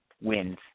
wins